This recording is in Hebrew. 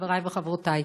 חברי וחברותי,